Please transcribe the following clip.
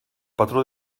patró